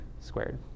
squared